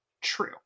true